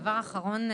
דבר אחרון,